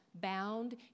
bound